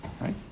right